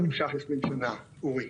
זה לא נמשך 20 שנה, אורי.